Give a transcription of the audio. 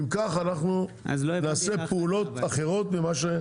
אם כך אנחנו נעשה פעולות אחרות ממה,